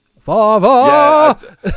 father